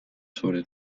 sobre